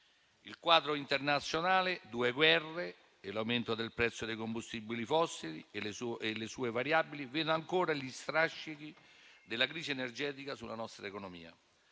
il quadro internazionale, due guerre, l'aumento del prezzo dei combustibili fossili e le sue variabili vedono ancora gli strascichi della crisi energetica sulla nostra economia.